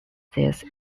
these